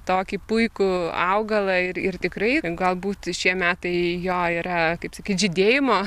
tokį puikų augalą ir ir tikrai galbūt šie metai jo yra kaip sakyt žydėjimo